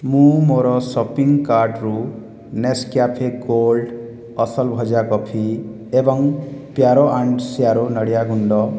ମୁଁ ମୋର ସପିଂ କାର୍ଟରୁ ନେସ୍କ୍ୟାଫେ ଗୋଲ୍ଡ ଅସଲ ଭଜା କଫି ଏବଂ ପ୍ୟାରୋ ଆଣ୍ଡ ସ୍ୱାରୋ ନଡ଼ିଆ ଗୁଣ୍ଡ